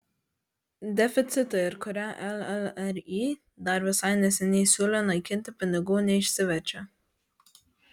deficitą ir kurią llri dar visai neseniai siūlė naikinti pinigų neišsiverčia